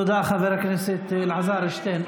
תודה לשר אלעזר שטרן.